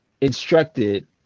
instructed